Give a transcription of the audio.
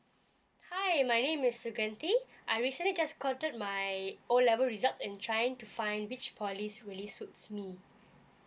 hi my name is sukundi I recently just gotten my O level results and trying to find which polys really suits me